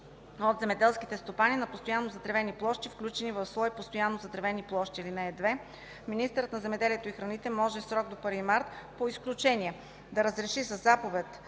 от земеделските стопани на постоянно затревените площи, включени в слой „Постоянно затревени площи”. (2) Министърът на земеделието и храните може, в срок до 1 март, по изключение да разреши със заповед